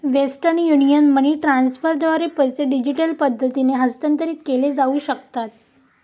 western Union money ट्रान्स्फरद्वारे पैसे digital पद्धतीने हस्तांतरित केले जाऊ शकतात